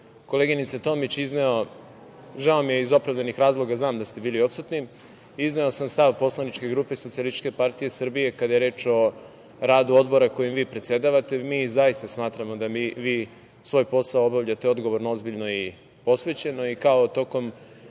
koleginice Tomić izneo, žao mi je, iz opravdanih razloga znam da ste bili odsutni, izneo sam stav poslaničke grupe SPS kada je reč o radu odbora kojem vi predsedavate. Mi zaista smatramo da vi svoj posao obavljate odgovorno, ozbiljno i posvećeno i kao tokom